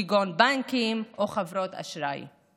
כגון בנקים או חברות אשראי,